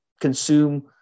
consume